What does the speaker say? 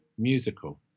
musical